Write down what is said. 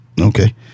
Okay